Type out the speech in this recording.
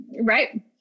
Right